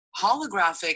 holographic